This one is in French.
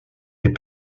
est